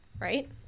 right